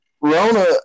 Rona